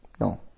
No